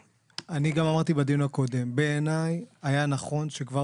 אמרתי גם בדיון הקודם שבעיני היה נכון שכבר